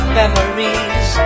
memories